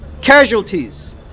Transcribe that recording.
casualties